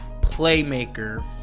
playmaker